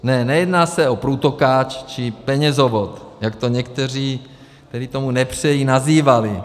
Ne, nejedná se o průtokáč či penězovod, jak to někteří, kteří tomu nepřejí, nazývali.